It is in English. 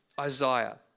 Isaiah